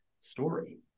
story